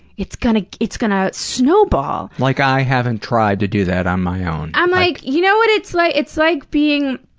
it's kind of it's gonna snowball. like i haven't tried to do that on my own. i'm like you know what it's like? it's like being.